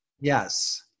Yes